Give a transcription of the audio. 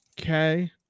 Okay